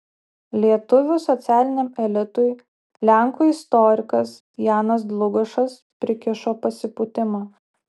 lietuvių socialiniam elitui lenkų istorikas janas dlugošas prikišo pasipūtimą